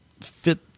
fit